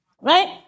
Right